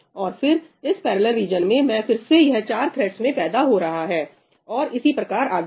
और फिर इस पैरेलल रीजन में फिर से यह चार थ्रेड्स में पैदा हो रहा है और इसी प्रकार आगे भी